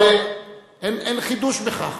אבל אין חידוש בכך.